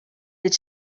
did